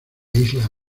isla